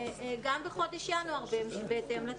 גם בחודש ינואר בהתאם לתכנון.